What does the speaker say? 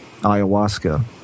ayahuasca